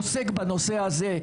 עוסק בנושא הזה,